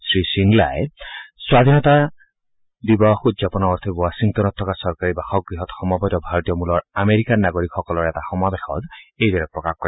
শ্ৰীশংগলাই স্বাধীনতা দিৱস উদযাপনৰ অৰ্থে ৱাশ্বিংটনত থকা চৰকাৰী বাসগৃহত সমবেত ভাৰতীয় মূলৰ আমেৰিকান নাগৰিকসকলৰ এটা সমাৱেশত এইদৰে প্ৰকাশ কৰে